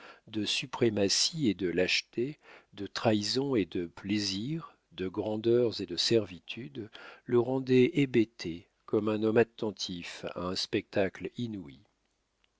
de suprématies et de lâchetés de trahisons et de plaisirs de grandeurs et de servitudes le rendait hébété comme un homme attentif à un spectacle inouï